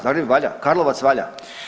Zagreb valja, Karlovac valja.